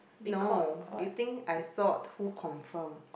no you think I thought who confirm